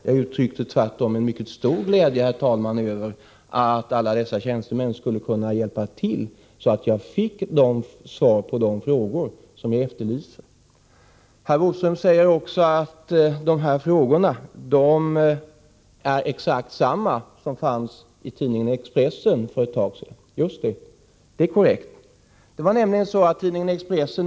Jag uttryckte tvärtom en mycket stor glädje, herr talman, över att alla dessa tjänstemän skulle kunna hjälpa till så att jag fick ett utförligt svar på de frågor som jag ställer. Herr Bodström säger också att dessa frågor är exakt desamma som fanns i tidningen Expressen för ett tag sedan. Just det — det är korrekt.